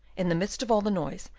in the midst of all the noise,